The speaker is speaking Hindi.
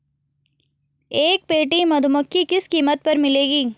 एक पेटी मधुमक्खी किस कीमत पर मिलेगी?